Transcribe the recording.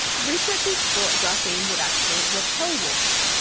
researchers thought graphene would actually repel water,